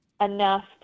enough